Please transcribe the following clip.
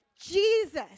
Jesus